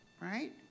right